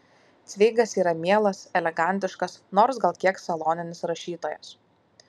cveigas yra mielas elegantiškas nors gal kiek saloninis rašytojas